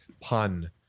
pun